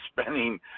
spending